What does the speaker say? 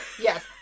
Yes